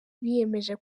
biyemeje